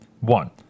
One